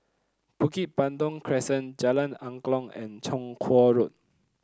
Bukit Batok Crescent Jalan Angklong and Chong Kuo Road